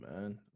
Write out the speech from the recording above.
man